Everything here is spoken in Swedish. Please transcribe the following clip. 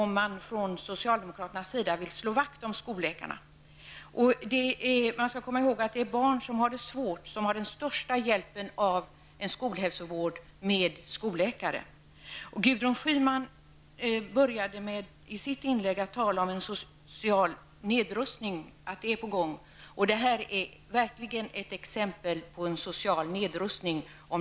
Man skall komma ihåg att det är barn som har det svårt som har den största hjälpen av en skolhälsovård med skolläkare. Gudrun Schyman sade i sitt anförande att en social nedrustning är på gång. Om detta förslag i Malmö går igenom är det verkligen ett exempel på social nedrustning.